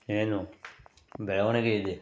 ಏನು ಬೆಳವಣಿಗೆ ಇದೆ